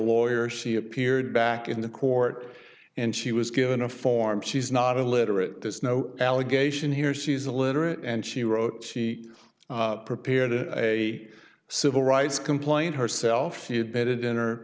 lawyer she appeared back in the court and she was given a form she's not illiterate there's no allegation here she's a literate and she wrote she prepared a civil rights complaint herself she admitted in